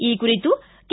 ಈ ಕುರಿತು ಕೆ